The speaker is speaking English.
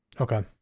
Okay